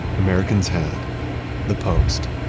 americans had the post.